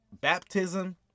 baptism